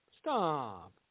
stop